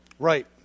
Right